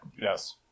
Yes